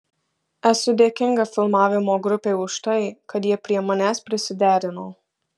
esu dėkinga filmavimo grupei už tai kad jie prie manęs prisiderino